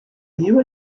you